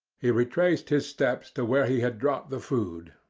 he retraced his steps to where he had dropped the food,